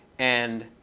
and,